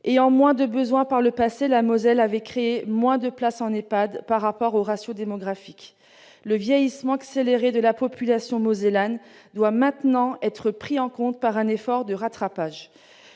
Ayant moins de besoins par le passé, la Moselle avait créé moins de places en EHPAD par rapport au ratio démographique. Le vieillissement accéléré de la population mosellane doit maintenant être pris en compte par un effort de rattrapage.